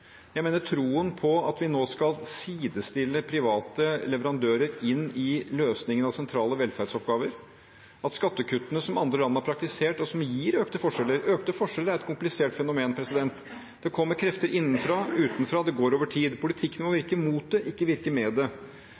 jeg mener kursretningen er feil – troen på at vi nå skal sidestille private leverandører i løsningen av sentrale velferdsoppgaver, og troen på skattekuttene, som andre land har praktisert, og som gir økte forskjeller. Økte forskjeller er et komplisert fenomen. Det kommer krefter innenfra og utenfra, og det går over tid. Politikken må virke mot det, ikke med det.